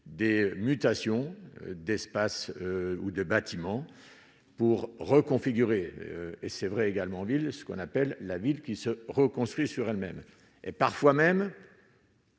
des mutations d'espace ou de bâtiments pour reconfigurer et c'est vrai également en ville, ce qu'on appelle la ville qui se reconstruit sur elle-même et parfois même